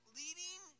leading